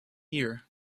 year